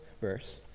verse